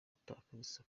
gutakaza